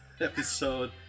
episode